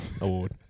Award